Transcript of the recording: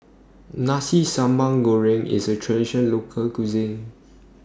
Nasi Sambal Goreng IS A Traditional Local Cuisine